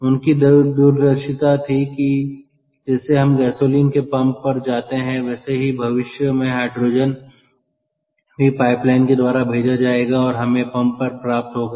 उनकी दूरदर्शिता थी कि जैसे हम गैसोलीन के पंप पर जाते हैं वैसे ही भविष्य में हाइड्रोजन भी पाइप लाइन के द्वारा भेजा जाएगा और हमें पंप पर प्राप्त होगा